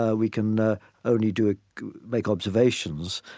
ah we can ah only do ah make observations,